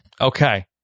Okay